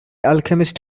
alchemist